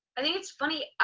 i think it's funny,